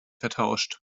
vertauscht